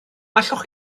allwch